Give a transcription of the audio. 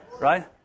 Right